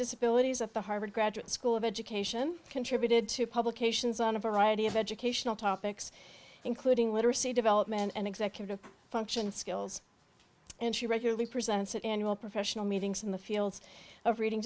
disabilities at the harvard graduate school of education contributed to publications on a variety of educational topics including literacy development and executive function skills and she regularly presented annual professional meetings in the fields of reading